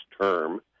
term